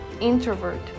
introvert